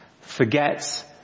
forgets